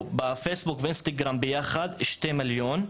בפייסבוק ובאינסטגרם ביחד שני מיליון.